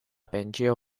pentsio